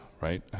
right